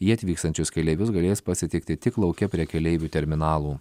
jie atvykstančius keleivius galės pasitikti tik lauke prie keleivių terminalų